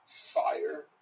fire